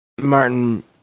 Martin